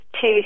two